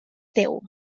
teu